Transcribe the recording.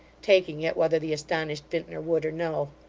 taking it whether the astonished vintner would or no.